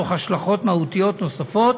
תוך השלכות מהותיות נוספות